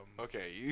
okay